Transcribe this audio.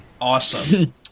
awesome